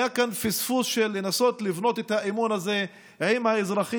היה כאן פספוס של ניסיון לבנות את האמון הזה עם האזרחים,